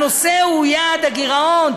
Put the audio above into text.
הנושא הוא יעד הגירעון,